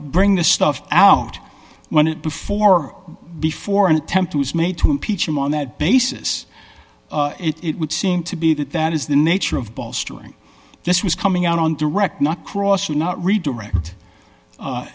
bring the stuff out when it before before an attempt was made to impeach him on that basis it would seem to be that that is the nature of bolstering this was coming out on direct not cross and not redirect